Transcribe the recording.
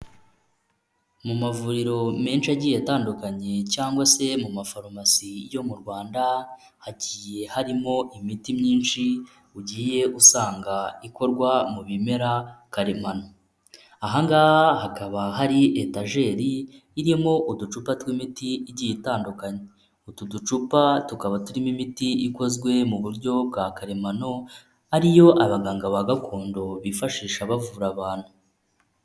Mu mavuriro menshi agiye atandukanye cyangwa se mu mafarumasi yo mu Rwanda hagiye harimo imiti myinshi ugiye usanga ikorwa mu bimera karemano, ahangaha hakaba hari etajeri irimo uducupa tw'imiti igiye itandukanye, utu ducupa tukaba turimo imiti ikozwe mu buryo bwa karemano ariyo abaganga ba gakondo bifashisha bavura abantu.